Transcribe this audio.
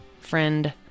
friend